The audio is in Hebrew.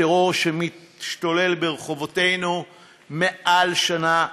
טרור שמשתולל ברחובותינו מעל שנה וחצי.